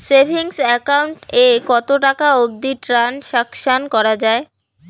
Savings account এ কতো টাকা অবধি ট্রানসাকশান করা য়ায়?